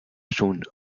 soon